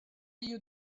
you